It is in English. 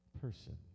person